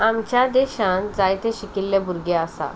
आमच्या देशांत जायते शिकिल्ले भुरगे आसात